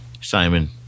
simon